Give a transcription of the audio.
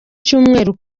cyumweru